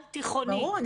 ברור.